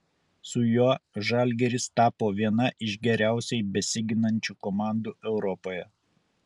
su juo žalgiris tapo viena iš geriausiai besiginančių komandų europoje